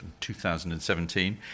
2017